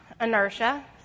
inertia